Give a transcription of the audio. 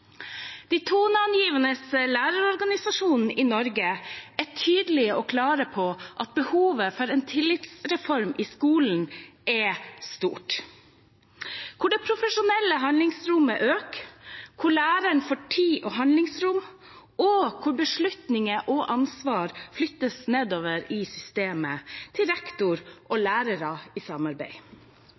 De toneangivende lærerorganisasjonene i Norge er tydelige og klare på at behovet for en tillitsreform i skolen – der det profesjonelle handlingsrommet øker, der læreren får tid og handlingsrom, og der beslutninger og ansvar flyttes nedover i systemet til rektor og lærere i samarbeid